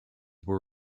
were